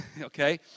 okay